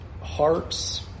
hearts